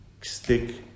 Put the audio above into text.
stick